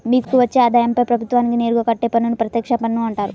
మీకు వచ్చే ఆదాయంపై ప్రభుత్వానికి నేరుగా కట్టే పన్నును ప్రత్యక్ష పన్ను అంటారు